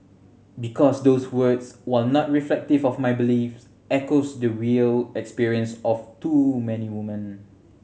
because those words while not reflective of my beliefs echos the real experience of too many woman